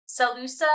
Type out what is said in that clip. Salusa